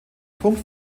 punkt